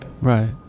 Right